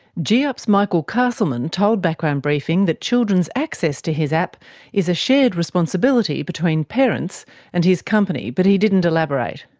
giiup's michael castleman told background briefing that children's access to his app is a shared responsibility between parents and his company, but he didn't elaborate.